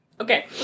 Okay